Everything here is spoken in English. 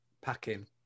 packing